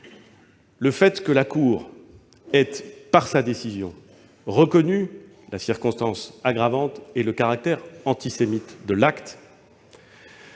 Le fait que la cour d'appel ait, par sa décision, reconnu la circonstance aggravante et le caractère antisémite de l'acte